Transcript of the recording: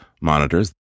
monitors